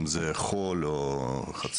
אם זה חול או חצץ,